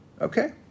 Okay